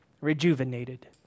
rejuvenated